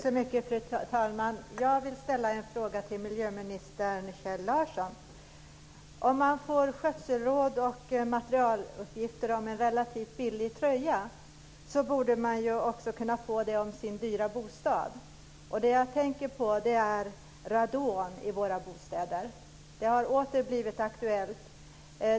Fru talman! Jag vill ställa en fråga till miljöminister Kjell Larsson. Om man får skötselråd och materialuppgifter om en relativt billig tröja borde man också kunna få det om sin dyra bostad. Jag tänker på radon i våra bostäder. Det har åter blivit aktuellt.